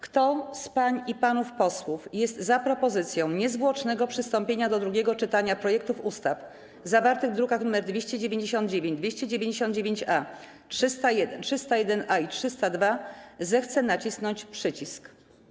Kto z pań i panów posłów jest za propozycją niezwłocznego przystąpienia do drugiego czytania projektów ustaw zawartych w drukach nr 299, 299-A, 301, 301-A i 302, zechce nacisnąć przycisk.